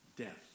death